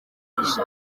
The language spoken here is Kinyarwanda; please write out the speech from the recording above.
iminsi